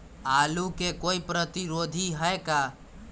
आलू के कोई प्रतिरोधी है का?